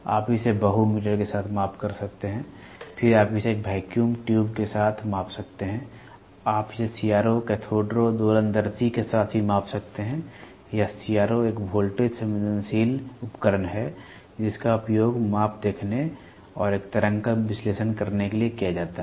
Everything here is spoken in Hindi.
आप इसे बहु मीटर के साथ माप सकते हैं फिर आप इसे एक वैक्यूम ट्यूब के साथ माप सकते हैं आप इसे सीआरओ कैथोड रे दोलनदर्शी के साथ भी माप सकते हैं या सीआरओ एक वोल्टेज संवेदनशील उपकरण है जिसका उपयोग माप देखने और एक तरंग का विश्लेषण करने के लिए किया जाता है